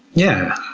yeah.